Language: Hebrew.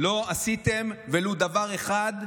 לא עשיתם ולו דבר אחד,